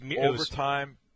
overtime